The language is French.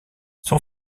son